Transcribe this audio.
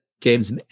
James